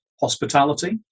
hospitality